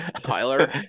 Tyler